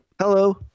Hello